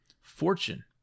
Fortune